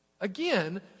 Again